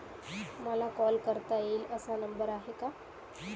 मला कॉल करता येईल असा नंबर आहे का?